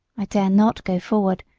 i dare not go forward,